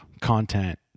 content